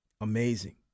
Amazing